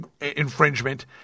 infringement